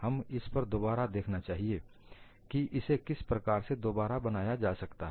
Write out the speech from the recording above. हम इस पर दोबारा देखना चाहिए कि इसे किस प्रकार से दोबारा बनाया जा सकता है